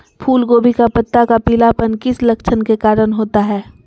फूलगोभी का पत्ता का पीलापन किस लक्षण के कारण होता है?